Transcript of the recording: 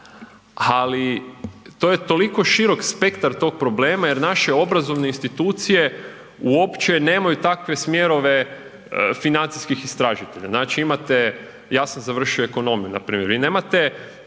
ali to je toliko širok spektar tog problema jer naše obrazovne institucije uopće nemaju takve smjerove financijskih istražitelja. Znači imate, ja sam završio ekonomiju npr. vi nemate